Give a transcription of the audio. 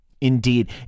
Indeed